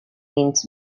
means